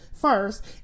first